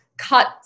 Cut